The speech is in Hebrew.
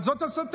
אבל זו הסתה.